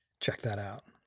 check that out.